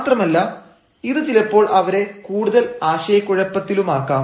മാത്രമല്ല ഇത് ചിലപ്പോൾ അവരെ കൂടുതൽ ആശയക്കുഴപ്പത്തിലുമാക്കാം